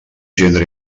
gendre